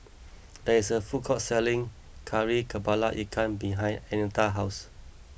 there is a food court selling Kari Kepala Ikan behind Annetta's house